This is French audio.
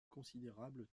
considérable